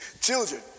children